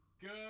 Good